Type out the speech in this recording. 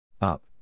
Up